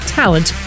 talent